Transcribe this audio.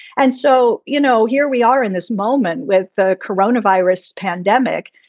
and so, you know, here we are in this moment with the corona virus pandemic.